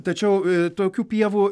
tačiau tokių pievų